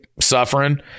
suffering